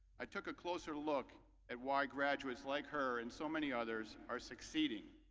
i took a closer look at why graduates like her and so many others are succeeding.